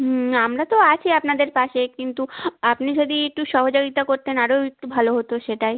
হুম আমরা তো আছি আপনাদের পাশে কিন্তু আপনি যদি একটু সহযোগিতা করতেন আরও একটু ভালো হতো সেটাই